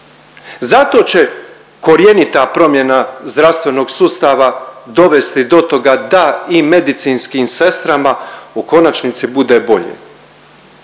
Zato će korjenita promjena zdravstvenog sustava dovesti do toga da i medicinskim sestrama u konačnici bude bolje.